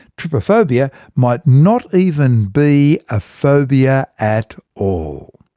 trypophobia might not even be a phobia at all.